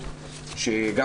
היא האפליקציות של ההיכרויות,